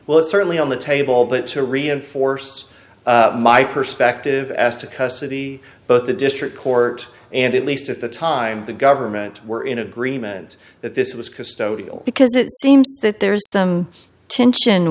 well it's certainly on the table but to reinforce my perspective as to custody both the district court and at least at the time the government were in agreement that this was custodial because it seems that there's some tension